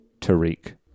Tariq